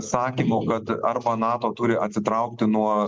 sakymu kad arba nato turi atsitraukti nuo